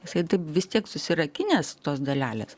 jisai vis tiek susirakinęs tos dalelės